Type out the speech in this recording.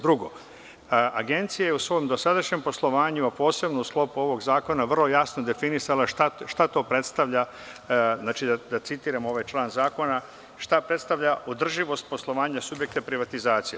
Drugo, Agencija je u svom dosadašnjem poslovanju, posebno u sklopu ovog zakona, vrlo jasno definisala šta to predstavlja, znači da citiram ovaj član zakona, šta predstavlja održivost poslovanja subjekta privatizacije?